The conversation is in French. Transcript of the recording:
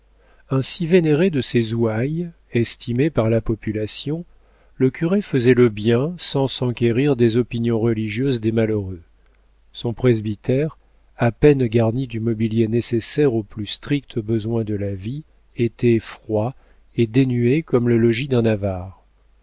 ainsi vénéré de ses ouailles estimé par la population le curé faisait le bien sans s'enquérir des opinions religieuses des malheureux son presbytère à peine garni du mobilier nécessaire aux plus stricts besoins de la vie était froid et dénué comme le logis d'un avare